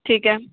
ठीक है